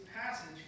passage